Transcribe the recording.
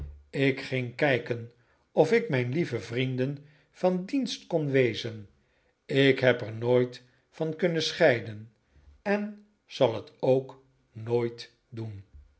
ik ging kijken ofik mijn lieve vrienden van dienst kon wezen ik heb er nooit van kunnen scheiden en zal het ook nooit doen